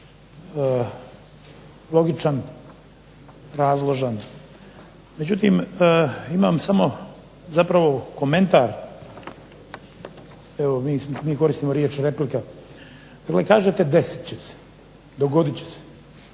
logičan, razložan. Međutim, imam samo zapravo komentar evo mi koristimo riječ replika, dakle kažete desit će se, dogodit će se.